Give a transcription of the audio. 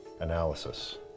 Analysis